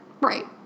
right